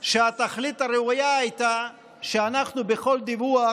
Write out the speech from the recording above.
שהתכלית הראויה הייתה שאנחנו בכל דיווח,